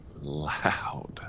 loud